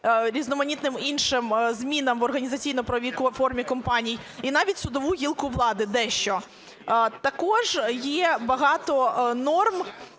різноманітним іншим змінам в організаційно-правовій формі компаній, і навіть судову гілку влади дещо. Також є багато норм,